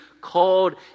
called